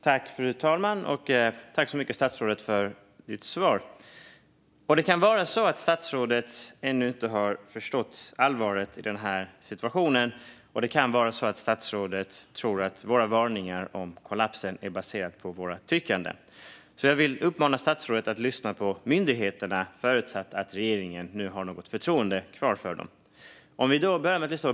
Fru talman! Jag tackar statsrådet för svaret. Det kan vara så att statsrådet ännu inte har förstått allvaret i denna situation, och det kan vara så att statsrådet tror att våra varningar om kollapsen är baserade på våra tyckanden. Jag vill därför uppmana statsrådet att lyssna på myndigheterna, förutsatt att regeringen nu har något förtroende kvar för dem.